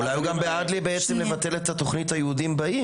לא -- אולי הוא גם בעד לבטל את התוכנית "היהודים באים",